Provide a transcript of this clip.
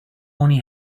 only